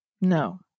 no